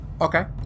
Okay